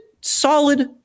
solid